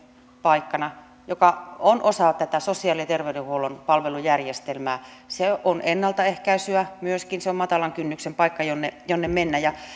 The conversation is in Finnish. paikkana joka on osa sosiaali ja terveydenhuollon palvelujärjestelmää se on myöskin ennaltaehkäisyä se on matalan kynnyksen paikka jonne jonne mennä ja